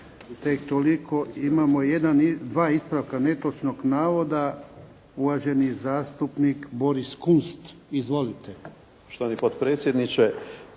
tek toliko. Imamo jedan, dva ispravka netočnog navoda. Uvaženi zastupnik Boris Kunst. Izvolite.